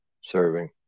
serving